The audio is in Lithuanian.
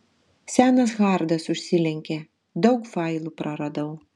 senas hardas užsilenkė daug failų praradau